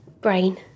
brain